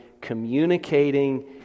communicating